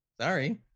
Sorry